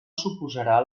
suposarà